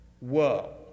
Whoa